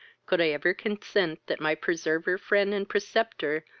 could i ever consent that my preserver, friend, and preceptor,